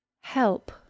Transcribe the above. Help